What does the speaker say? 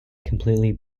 completely